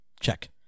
Check